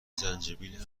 زنجبیل